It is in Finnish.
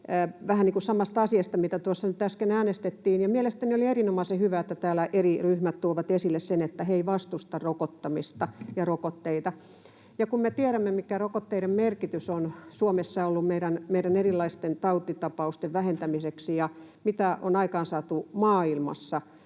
kuin samasta asiasta, mistä tuossa äsken äänestettiin. Mielestäni oli erinomaisen hyvä, että täällä eri ryhmät tuovat esille sen, että he eivät vastusta rokottamista ja rokotteita. Me tiedämme, mikä rokotteiden merkitys on Suomessa ollut meidän erilaisten tautitapausten vähentämiseksi ja mitä on aikaansaatu maailmassa: